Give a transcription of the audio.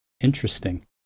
Interesting